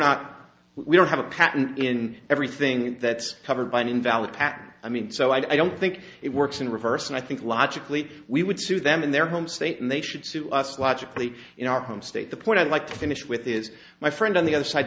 not we don't have a patent in everything that's covered by an invalid patent i mean so i don't think it works in reverse and i think logically we would sue them in their home state and they should sue us logically in our home state the point i'd like to finish with is my friend on the other side